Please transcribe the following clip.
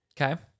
Okay